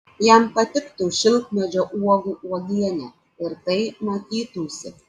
jam patiktų šilkmedžio uogų uogienė ir tai matytųsi